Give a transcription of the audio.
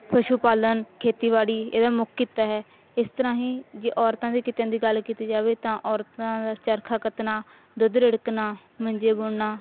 ਪਸ਼ੂ ਪਾਲਣ ਖੇਤੀਬਾੜੀ ਇਹਦਾ ਮੁੱਖ ਕਿੱਤਾ ਹੈ ਇਸ ਤਰ੍ਹਾਂ ਹੀ ਜੇ ਔਰਤਾਂ ਦੇ ਕਿੱਤਿਆਂ ਦੀ ਗੱਲ ਕੀਤੀ ਜਾਵੇ ਤਾਂ ਔਰਤਾਂ ਦਾ ਚਰਖਾ ਕੱਤਣਾ ਦੁੱਧ ਰਿੜਕਣਾ ਮੰਜੇ ਬੁਣਨਾ